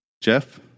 Jeff